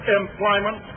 employment